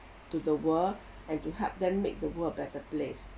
to the world and to help them make the world a better place